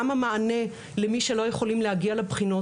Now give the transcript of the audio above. גם המענה למי שלא יכולים להגיע לבחינות.